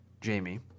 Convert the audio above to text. Jamie